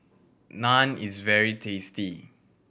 naan is very tasty